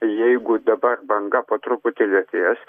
jeigu dabar banga po truputį lėtės